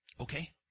Okay